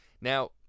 Now